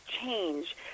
change